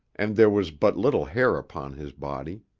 and there was but little hair upon his body.